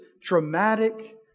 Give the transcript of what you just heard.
traumatic